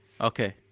Okay